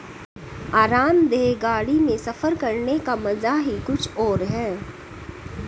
आरामदेह गाड़ी में सफर करने का मजा ही कुछ और है